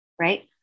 right